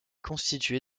constitué